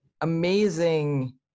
amazing